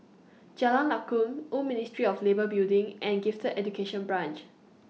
Jalan Lakum Old Ministry of Labour Building and Gifted Education Branch